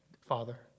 Father